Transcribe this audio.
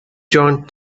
joined